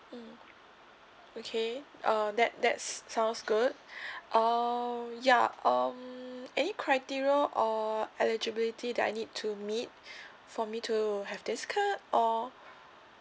mm okay err that that's sounds good oh ya um any criteria or eligibility that I need to meet for me to have this card or